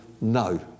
no